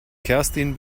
kerstin